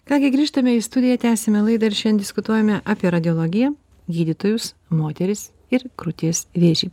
ką gi grįžtame į studiją tęsiame laidą ir šiandien diskutuojame apie radiologiją gydytojus moteris ir krūties vėžį